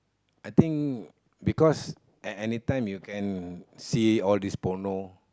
I think because at anytime you can see all these porno